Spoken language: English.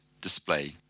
display